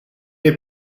est